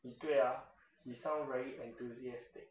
你对啊 he sound very enthusiastic